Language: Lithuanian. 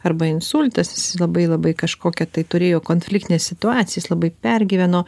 arba insultas jis labai labai kažkokią tai turėjo konfliktinę situaciją jis labai pergyveno